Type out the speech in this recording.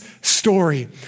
story